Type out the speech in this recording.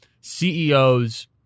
CEOs